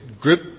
group